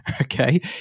Okay